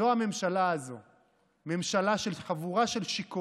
זו ההערכה שלך על שאתמול לא שתיתי וחזרתי נקי?